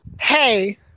Hey